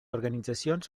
organitzacions